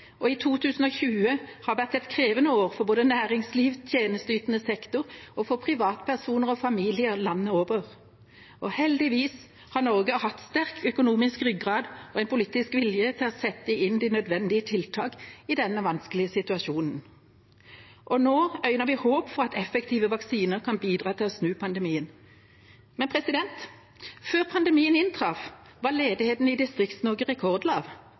og 2020 har vært et krevende år for både næringsliv, tjenesteytende sektor og privatpersoner og familier landet over. Heldigvis har Norge hatt sterk økonomisk ryggrad og en politisk vilje til å sette inn de nødvendige tiltakene i denne vanskelige situasjonen. Nå øyner vi et håp om at effektive vaksiner kan bidra til å snu pandemien. Før pandemien inntraff, var ledigheten i Distrikts-Norge rekordlav.